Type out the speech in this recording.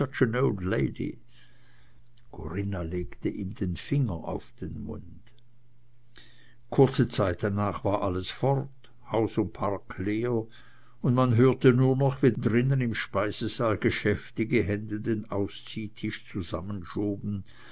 legte ihm den finger auf den mund kurze zeit danach war alles fort haus und park leer und man hörte nur noch wie drinnen im speisesaal geschäftige hände den ausziehtisch zusammenschoben